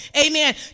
amen